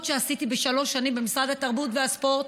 שעשיתי בשלוש שנים במשרד התרבות והספורט,